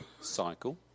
cycle